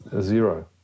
Zero